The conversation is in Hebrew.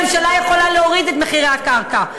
הממשלה יכולה להוריד את מחירי הקרקע,